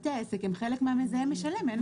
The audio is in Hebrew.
בתי העסק הם חלק מ"המזהם, משלם".